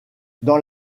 dans